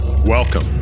Welcome